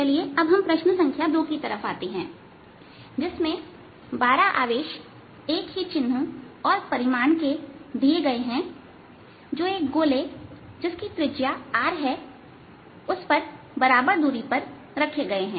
चलिए अब हम प्रश्न संख्या 2 की तरफ आते हैं जिसमें 12 आवेश एक ही चिन्ह और परिमाण के दिए गए हैं जो एक गोले जिसकी त्रिज्या R है उस पर बराबर दूरी पर रखे गए हैं